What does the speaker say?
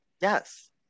Yes